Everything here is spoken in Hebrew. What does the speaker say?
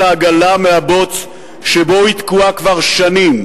העגלה מהבוץ שבו היא תקועה כבר שנים.